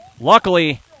luckily